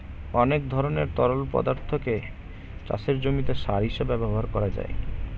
অনেক ধরনের তরল পদার্থকে চাষের জমিতে সার হিসেবে ব্যবহার করা যায়